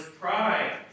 pride